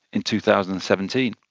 in two thousand and seventeen.